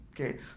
Okay